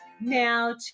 now